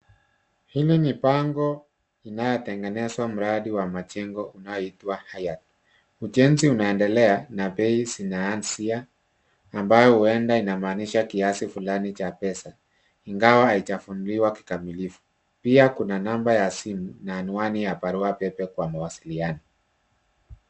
Hili ni bango inayotengenezwa mradi wa majengo unaohitwa Hayat. Ujenzi unaendelea na bei zinaanzia ambao huenda unamaanisha kiasi fulani cha pesa, ingawa haija funuliwa kikamilifu. Pia kuna namba ya simu na anwani ya baruapepe kwa mawasiliano.